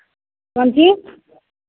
कोन चीज